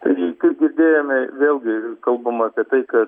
tai kaip girdėjome vėlgi kalbama apie tai kad